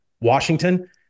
Washington